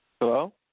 Hello